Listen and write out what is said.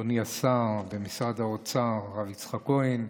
אדוני השר במשרד האוצר הרב יצחק כהן,